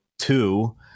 two